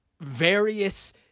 various